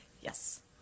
Yes